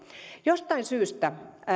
jostain syystä